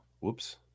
whoops